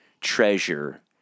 treasure